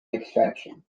extraction